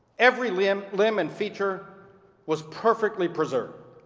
every limb limb and feature was perfectly preserved.